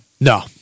No